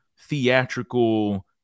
theatrical